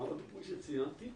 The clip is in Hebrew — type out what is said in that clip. כמו שציינתי,